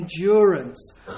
endurance